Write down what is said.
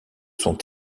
sont